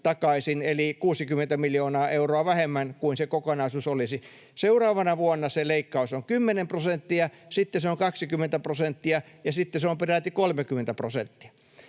eli 60 miljoonaa euroa vähemmän kuin se kokonaisuus olisi. Seuraavana vuonna se leikkaus on 10 prosenttia, sitten se on 20 prosenttia, ja sitten se on peräti 30 prosenttia.